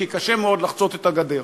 כי קשה מאוד לחצות את הגדר.